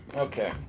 Okay